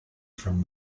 from